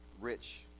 rich